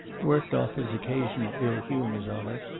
worked off his occasional ill humors on her,